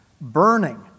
Burning